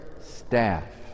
staff